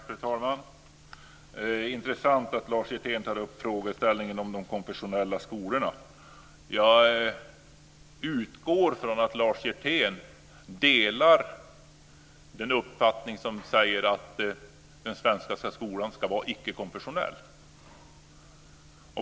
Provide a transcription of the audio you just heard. Fru talman! Det var intressant att Lars Hjertén tog upp frågeställningen om de konfessionella skolorna. Jag utgår från att Lars Hjertén delar den uppfattning som säger att den svenska skolan ska vara ickekonfessionell.